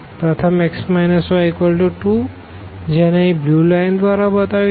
પ્રથમ x y2 જેને અહી બ્લુ લાઈન દ્વરા બતાવી છે